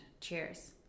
Cheers